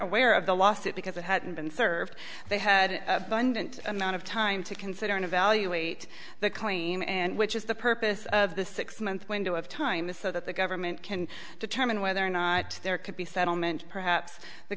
aware of the lawsuit because it hadn't been served they had amount of time to consider and evaluate the claim and which is the purpose of the six month window of time so that the government can determine whether or not there could be settlement perhaps the